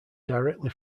directly